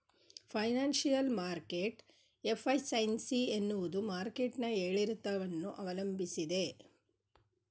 financial market efficiency ಎನ್ನುವುದು market ನ ಏರಿಳಿತವನ್ನು ಅವಲಂಬಿಸಿದೆ